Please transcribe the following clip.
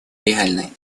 реальны